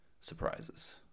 surprises